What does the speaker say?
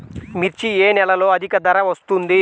మిర్చి ఏ నెలలో అధిక ధర వస్తుంది?